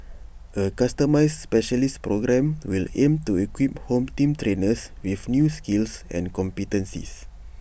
A customised specialist programme will aim to equip home team trainers with new skills and competencies